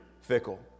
fickle